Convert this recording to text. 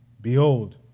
Behold